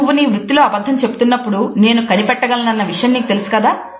నువ్వు నీ వృత్తిలో అబద్ధం చెబుతున్నప్పుడు నేను కనిపెట్టగల నన్న విషయం నీకు తెలుసు కదా